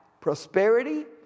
prosperity